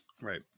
Right